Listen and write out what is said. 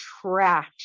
trash